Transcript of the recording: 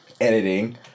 editing